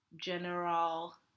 general